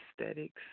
Aesthetics